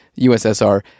USSR